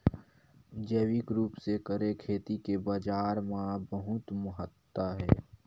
जैविक रूप से करे खेती के बाजार मा बहुत महत्ता हे